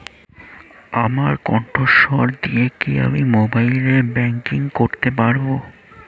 আমার কন্ঠস্বর দিয়ে কি আমি মোবাইলে ব্যাংকিং করতে পারবো?